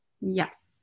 Yes